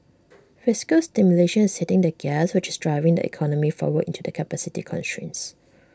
fiscal stimulation is hitting the gas which is driving the economy forward into the capacity constraints